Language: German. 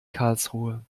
karlsruhe